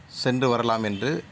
சென்று வரலாமென்று